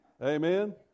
Amen